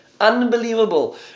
Unbelievable